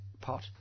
pot